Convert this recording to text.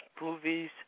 movies